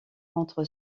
contre